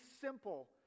simple